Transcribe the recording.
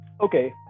okay